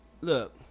Look